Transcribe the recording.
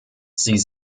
sie